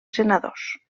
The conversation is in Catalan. senadors